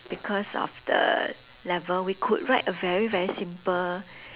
because of the level we could write a very very simple